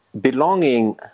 belonging